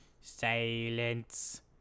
Silence